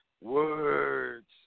words